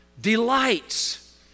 delights